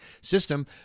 system